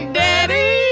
daddy